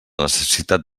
necessitat